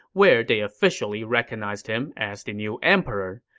where they officially recognized him as the new emperor.